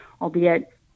albeit